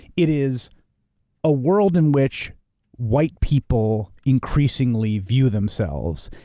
it is a world in which white people increasingly view themselves,